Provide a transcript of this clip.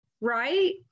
right